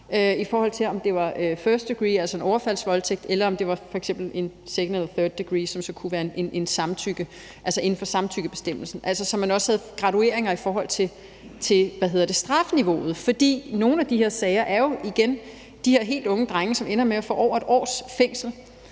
i forhold til om det er first degree, altså en overfaldsvoldtægt, eller om det er f.eks. en second eller third degree, som så kunne være inden for samtykkebestemmelsen. Man har så gradueringer i forhold til strafniveauet, fordi i nogle af de her sager er det jo igen de her helt unge drenge, som ender med at få over et års fængsel.